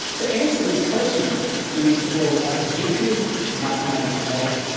to answer these questions we need to build a predictive mathematical model.